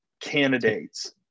candidates